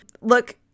Look